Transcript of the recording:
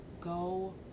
go